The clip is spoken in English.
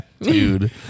Dude